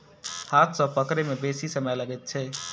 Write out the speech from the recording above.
हाथ सॅ पकड़य मे बेसी समय लगैत छै